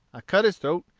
i cut his throat,